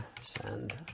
send